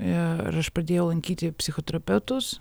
ir aš pradėjau lankyti psichoterapeutus